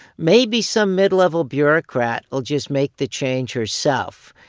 maybe some mid-level bureaucrat will just make the change herself,